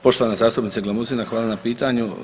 Poštovana zastupnice Glamuzina hvala na pitanju.